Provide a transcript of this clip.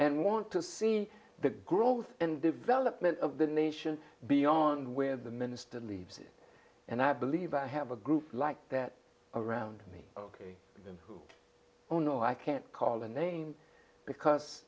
and want to see the growth and development of the nation beyond where the minister leaves it and i believe i have a group like that around me ugh i'm oh no i can't call a name because